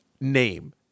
name